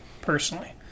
personally